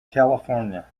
california